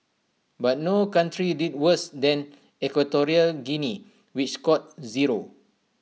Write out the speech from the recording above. but no country did worse than equatorial Guinea which scored zero